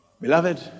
Beloved